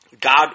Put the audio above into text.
God